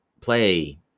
play